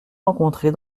rencontrés